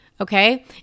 Okay